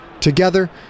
Together